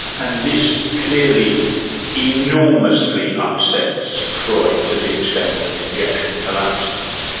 and this clearly enormously upsets freud to the extent that he actually collapses.